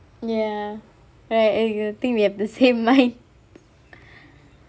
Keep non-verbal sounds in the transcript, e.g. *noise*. ya right I think we have the same mind *breath*